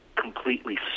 completely